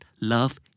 love